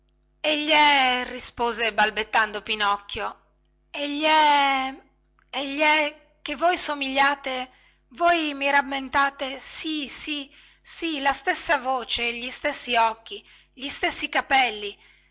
egli è rispose balbettando pinocchio egli è egli è che voi somigliate voi mi rammentate sì sì sì la stessa voce gli stessi occhi gli stessi capelli